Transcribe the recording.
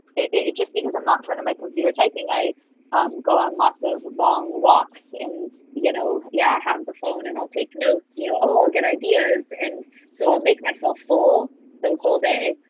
it just because i'm not turning my computer typing i go on lots of long walks. and you know, yeah, i have the phone and i'll take notes, you know. oh, i'll get ideas. and so i'll make myself full the whole day,